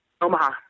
Omaha